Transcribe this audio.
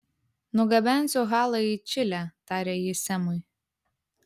nugabensiu halą į čilę tarė ji semui